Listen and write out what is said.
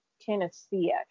Tennessee